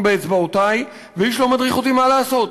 באצבעותי ואיש לא מדריך אותי מה לעשות,